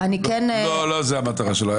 לא זו המטרה שלו.